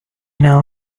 now